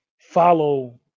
follow